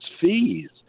fees